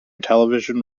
television